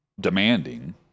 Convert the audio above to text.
demanding